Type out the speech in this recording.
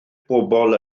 bobol